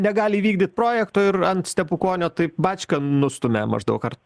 negali įvykdyt projekto ir ant stepukonio taip bačką nustumia maždaug ar